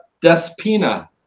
Despina